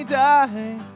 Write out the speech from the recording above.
die